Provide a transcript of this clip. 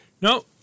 No